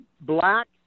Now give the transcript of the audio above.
black